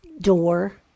door